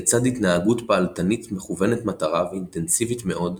לצד התנהגות פעלתנית מכוונת מטרה ואינטנסיבית מאוד,